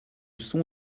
son